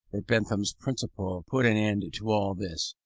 that bentham's principle put an end to all this.